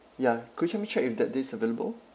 ya could you help me check if that day is available